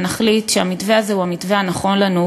ונחליט שהמתווה הזה הוא המתווה הנכון לנו,